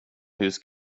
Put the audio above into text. hus